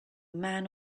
man